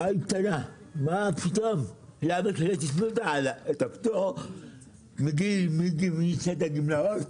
למה שלא תתנו את הפטור מהגיל שיוצאים לגמלאות?